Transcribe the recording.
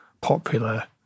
popular